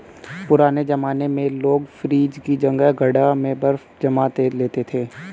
पुराने जमाने में लोग फ्रिज की जगह घड़ा में बर्फ जमा लेते थे